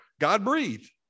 God-breathed